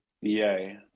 yay